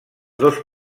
dos